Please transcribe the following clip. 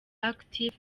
active